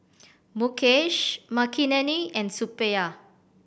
Mukesh Makineni and Suppiah